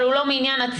אבל הוא לא מעניין הצו,